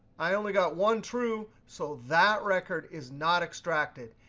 i only got one true, so that record is not extracted.